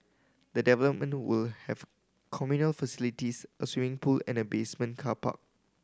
the development will have communal facilities a swimming pool and a basement car park